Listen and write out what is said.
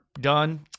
done